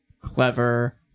clever